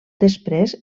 després